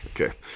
Okay